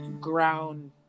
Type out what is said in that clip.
ground